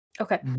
Okay